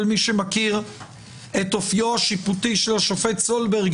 כל מי שמכיר את אופיו השיפוטי של השופט סולברג